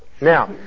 Now